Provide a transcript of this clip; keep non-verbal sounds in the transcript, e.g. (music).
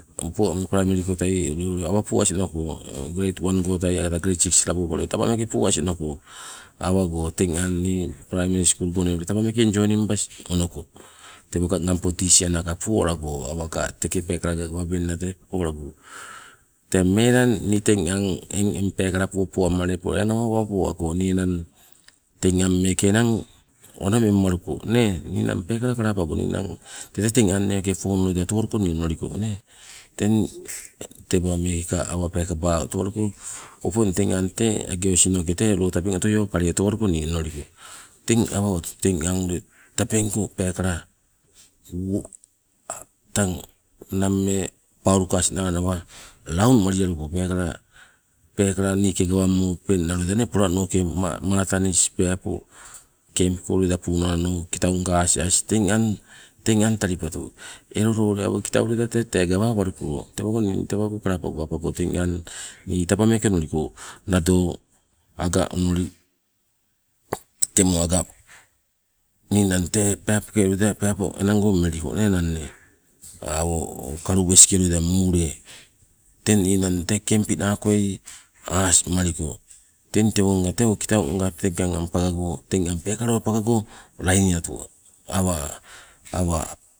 Opong ule age praimari koitai nii ule awa poas onoko greid wan gotai agata greid six ko labo taba meeke poas onoko, awago teng aang praimari skulgo onoi taba meeke enjoying bas onoko tewo ngangpo tisia naa poalago awaga teke peekalaka gawabiaingna. Tee melang ni teng ang ni eng peekala popoama awa poango teng nammeeke enang peekala onomemmaluko nee. Peekala kalapago ninang enang teng ang pekala meeke phone loida otowaluko nii onoliko nee, teng teba meekeka awa peekaba otowaluko. Opong teng ang tee age tee loo tabeng otoio kale otowaluko nii onoliko. Teng awa owatu teng ang ule tabengko peekala (hesitation) tang nammee paulukas naa nawa launumalialuko peekala niike gawammo ninang loida nee polanoke matanis pepo kemp ko loida kunno mamubili kitaunga asi asi teng ang talipatu. Elo loo tee awoi kitauke gawawaluko tewago apago teng ang nii taba meeke onoliko nado aga onoli, temo aga ninang tee aga enango pepo meliko napo nee enanne o kalu weske loida mule, teng ninang tee kempi nakoi asimaliko teng tewonga tee kitaunga ninang teng ang peekala pagago lainiatu awa- awa